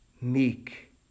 meek